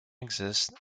exists